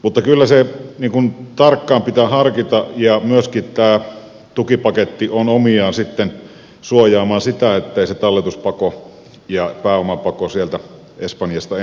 mutta kyllä se tarkkaan pitää harkita ja myöskin tämä tukipaketti on omiaan sitten suojaamaan sitä ettei se talletuspako ja pääomapako sieltä espanjasta enää kiihdy